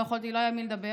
לא היה עם מי לדבר.